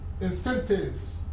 incentives